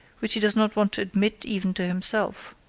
which he does not want to admit even to himself.